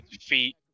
Feet